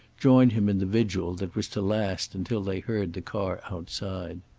joined him in the vigil that was to last until they heard the car outside.